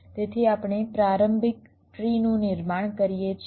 તેથી આપણે પ્રારંભિક ટ્રીનું નિર્માણ કરીએ છીએ